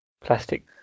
Plastic